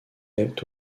est